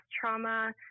trauma